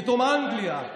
פתאום אנגליה.